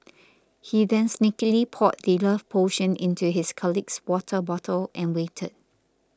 he then sneakily poured the love potion into his colleague's water bottle and waited